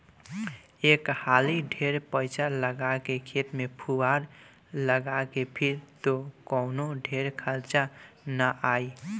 एक हाली ढेर पईसा लगा के खेत में फुहार लगा के फिर त कवनो ढेर खर्चा ना आई